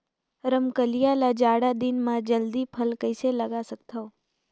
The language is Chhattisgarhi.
रमकलिया ल जाड़ा दिन म जल्दी फल कइसे लगा सकथव?